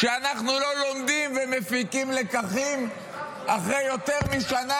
כשאנחנו לא לומדים ומפיקים לקחים אחרי יותר משנה,